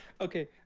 Okay